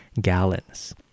gallons